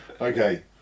okay